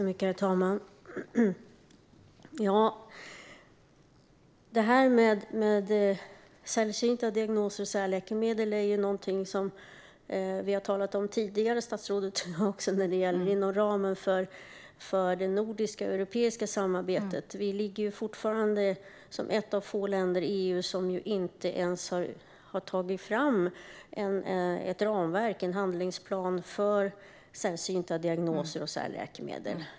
Herr talman! Detta med sällsynta diagnoser och särläkemedel är någonting som vi har talat om tidigare, statsrådet och jag, inom ramen för det nordiska och europeiska samarbetet. Vi är fortfarande ett av få länder i EU som inte ens har tagit fram ett ramverk, en handlingsplan, för sällsynta diagnoser och särläkemedel.